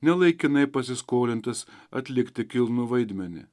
ne laikinai pasiskolintas atlikti kilnų vaidmenį